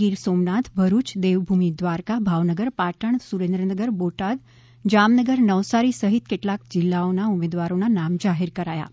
ગીર સોમનાથ ભરૂચ દેવભૂમિ દ્વારકા ભાવનગર પાટણ સુરેન્દ્રનગર બોટાદ જામનગર નવસારી સહિત કેટલાક જિલ્લાઓના ઉમેદવારોના નામ જાહેર કરાયા છે